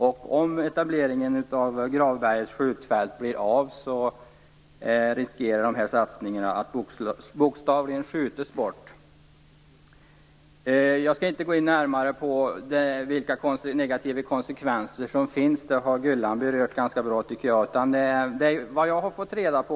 Om etableringen av Gravbergets skjutfält blir av riskerar dessa satsningar att bokstavligen skjutas bort. Jag skall inte gå in närmare på vilka de negativa konsekvenserna är. Det har Gullan Lindblad gjort ganska bra.